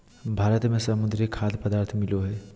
भारत में समुद्री खाद्य पदार्थ मिलो हइ